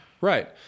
Right